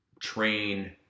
train